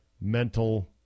mental